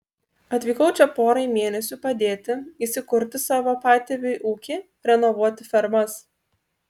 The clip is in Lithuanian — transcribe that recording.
atvykau čia porai mėnesių padėti įsikurti savo patėviui ūkį renovuoti fermas